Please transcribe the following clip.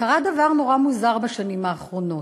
קרה דבר נורא מוזר בשנים האחרונות: